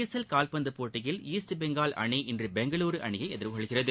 S L கால்பந்தப் போட்டியில் East Bengal அணி இன்று பெங்களூரு அணியை எதிர்கொள்கிறது